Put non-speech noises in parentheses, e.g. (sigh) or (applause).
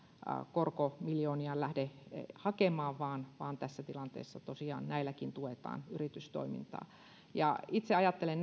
korkomiljooniaan lähde hakemaan vaan vaan tässä tilanteessa tosiaan näilläkin tuetaan yritystoimintaa itse ajattelen (unintelligible)